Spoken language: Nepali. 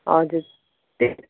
हजुर त्यही